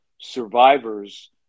survivors